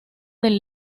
del